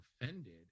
offended